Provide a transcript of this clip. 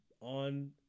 on